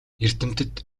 эрдэмтэд